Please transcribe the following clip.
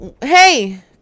Hey